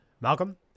Malcolm